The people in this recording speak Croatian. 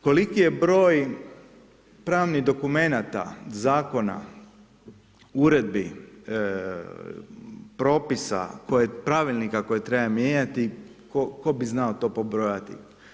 Koliki je broj pravnih dokumenta, zakona, uredbi, propisa, pravilnika koje treba mijenjati, tko bi znao to prebrojati.